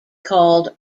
called